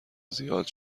زیاد